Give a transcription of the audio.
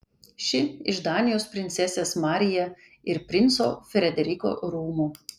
ši iš danijos princesės maryje ir princo frederiko rūmų